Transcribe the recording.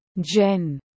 Jen